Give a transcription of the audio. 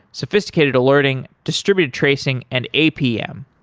sophisticated alerting, distributed tracing and apm.